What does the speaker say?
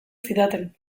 zidaten